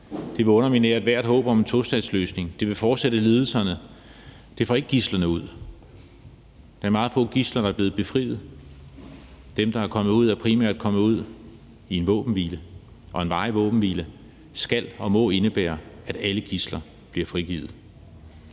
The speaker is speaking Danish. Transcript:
det vil underminere ethvert håb om en tostatsløsning. Det vil fortsætte lidelserne, og det får ikke gidslerne ud. Det er meget få gidsler, der er blevet befriet. Dem, der er kommet ud, er primært kommet ud i en våbenhvile. Og en varig våbenhvile skal og må indebære, at alle gidsler bliver frigivet.